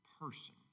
person